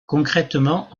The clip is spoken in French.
concrètement